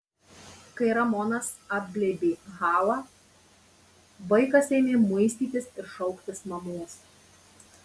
kai ramonas apglėbė halą vaikas ėmė muistytis ir šauktis mamos